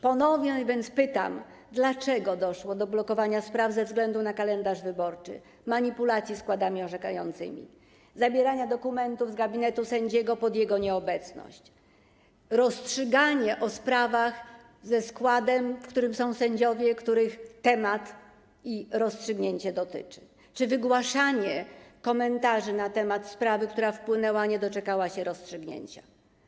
Ponownie więc pytam: Dlaczego doszło do blokowania spraw ze względu na kalendarz wyborczy, manipulacji składami orzekającymi, zabierania dokumentów z gabinetu sędziego pod jego nieobecność, rozstrzygania spraw w składzie, w którym są sędziowie, których dotyczy temat i rozstrzygnięcie, czy wygłaszania komentarzy na temat sprawy, która wpłynęła, a nie doczekała się rozstrzygnięcia?